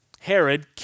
Herod